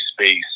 space